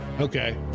Okay